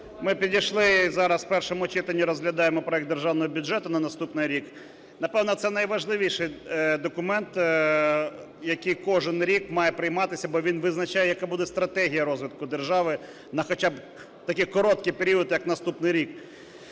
Ми підійшли зараз, у першому читанні розглядаємо проект Державного бюджету на наступний рік. Напевне це найважливіший документ, який кожен рік має прийматися, бо він визначає, яка буде стратегія розвитку держави хоча б на такий короткий період, як наступний рік.